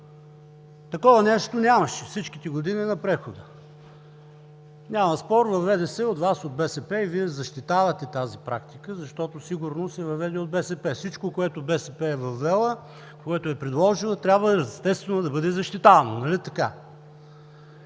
Такова нещо нямаше във всичките години на прехода. Няма спор въведе се от Вас, от БСП, и Вие защитавате тази практика, защото сигурно се въведе от БСП. Всичко, което БСП е въвела, което е предложила, трябва, естествено, да бъде защитавано.